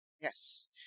Yes